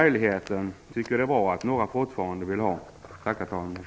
Jag tycker att det är bra att några fortfarande vill ha denna möjlighet.